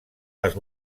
les